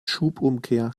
schubumkehr